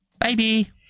Baby